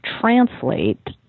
translate